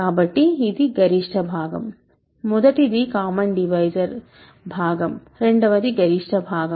కాబట్టి ఇది గరిష్ట భాగం మొదటిది కామన్ డివైజర్ భాగం రెండవది గరిష్ట భాగం